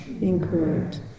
incorrect